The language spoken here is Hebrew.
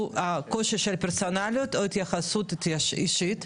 הקושי של פרסונליות או התייחסות אישית.